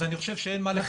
לכן אני חושב שאין מה לחכות.